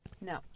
No